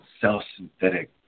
self-synthetic